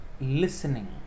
listening